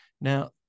now